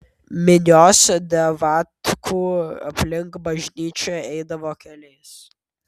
minios davatkų aplink bažnyčią eidavo keliais